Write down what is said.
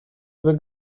due